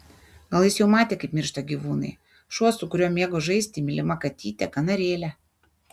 gal jis jau matė kaip miršta gyvūnai šuo su kuriuo mėgo žaisti mylima katytė kanarėlė